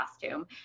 costume